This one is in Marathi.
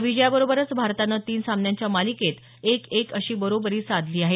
विजयाबरोबरच भारतानं तीन सामन्यांच्या मालिकेत एक एक अशी बरोबरी साधली आहे